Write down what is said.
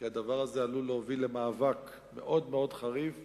כי הדבר הזה עלול להוביל למאבק מאוד מאוד חריף וקשה,